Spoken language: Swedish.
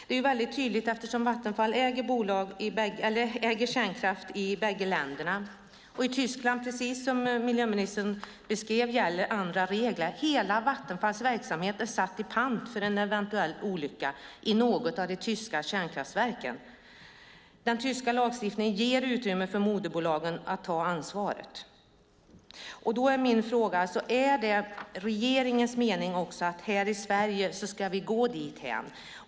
Det är väldigt tydligt eftersom Vattenfall äger kärnkraft i bägge länderna. I Tyskland gäller, precis som miljöministern beskrev, andra regler. Hela Vattenfalls verksamhet är satt i pant för en eventuell olycka i något av de tyska kärnkraftverken. Den tyska lagstiftningen ger utrymme för moderbolag att ta ansvaret. Då är min fråga: Är det också regeringens mening att vi här i Sverige ska gå dithän?